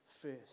first